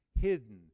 hidden